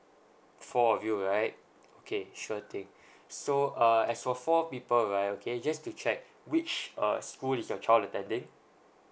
four of you right okay sure thing so uh as for four people right okay just to check which err school is your child attending